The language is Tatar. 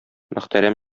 мөхтәрәм